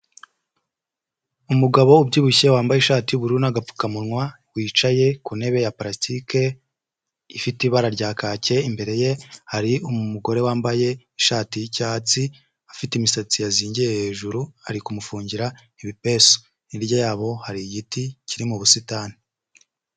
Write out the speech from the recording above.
Umugabo ubyibushye wambaye ishati y'ubururu n'agapfukamunwa wicaye ku ntebe ya purasitike ifite ibara rya kake, imbere ye hari umugore wambaye ishati y'icyatsi afite imisatsi yazingiye hejuru ari kumufungira ibipesu, hirya yabo hari igiti kiri mu busitani.